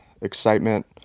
excitement